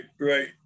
Right